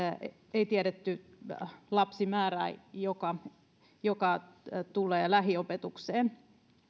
ei tiedetty lapsimäärää joka joka tulee lähiopetukseen